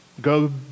Go